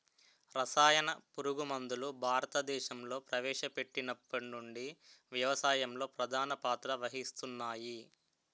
రసాయన పురుగుమందులు భారతదేశంలో ప్రవేశపెట్టినప్పటి నుండి వ్యవసాయంలో ప్రధాన పాత్ర వహిస్తున్నాయి